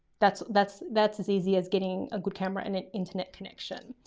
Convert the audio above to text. that's, that's, that's as easy as getting a good camera and an internet connection.